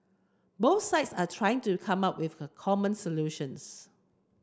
both sides are trying to come up with a common solutions